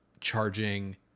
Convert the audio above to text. charging